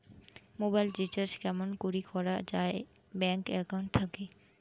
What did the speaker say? Mobile recharge কেমন করি করা যায় ব্যাংক একাউন্ট থাকি?